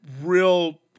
real